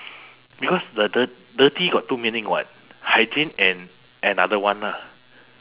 because the dirt~ dirty got two meaning [what] hygiene and another one ah